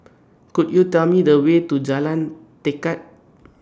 Could YOU Tell Me The Way to Jalan Tekad